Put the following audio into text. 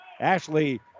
Ashley